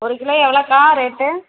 ஒரு கிலோ எவ்வளோக்கா ரேட்டு